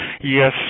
Yes